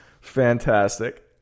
fantastic